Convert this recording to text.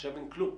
עכשיו אין כלום".